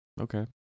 Okay